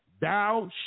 thou